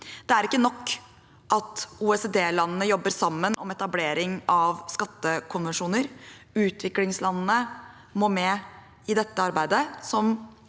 Det er ikke nok at OECD-landene jobber sammen om etablering av skattekonvensjoner. Utviklingslandene må med i dette arbeidet